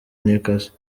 newcastle